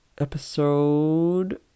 episode